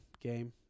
game